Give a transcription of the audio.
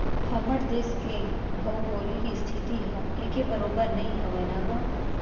हमर देस के भउगोलिक इस्थिति ह एके बरोबर नइ हवय न गा